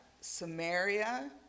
Samaria